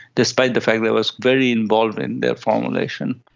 despite the fact i was very involved in their formulation.